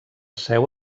seu